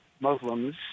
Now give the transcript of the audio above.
Muslims